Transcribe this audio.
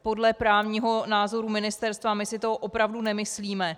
Podle právního názoru ministerstva, my si to opravdu nemyslíme.